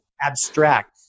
abstract